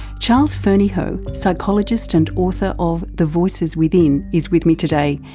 charles fernyhough, psychologist and author of the voices within is with me today,